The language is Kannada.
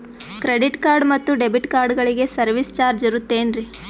ಕ್ರೆಡಿಟ್ ಕಾರ್ಡ್ ಮತ್ತು ಡೆಬಿಟ್ ಕಾರ್ಡಗಳಿಗೆ ಸರ್ವಿಸ್ ಚಾರ್ಜ್ ಇರುತೇನ್ರಿ?